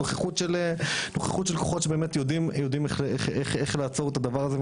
נוכחות של כוחות שבאמת יודעים איך לעצור את הדבר הזה,